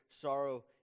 sorrow